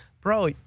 bro